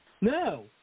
No